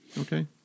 okay